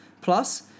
Plus